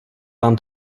vám